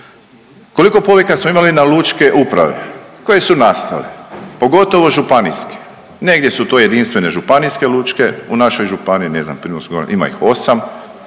Koliko povika smo imali na lučke uprave koje su nastale, pogotovo županijske? Negdje su to jedinstvene županijske lučke, u našoj županiji, ne znam, primorsko